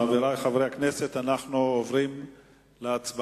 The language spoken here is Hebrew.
חברי חברי הכנסת, אנחנו עוברים להצבעה.